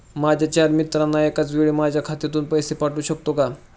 माझ्या चार मित्रांना एकाचवेळी माझ्या खात्यातून पैसे पाठवू शकतो का?